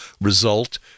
result